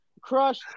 Crush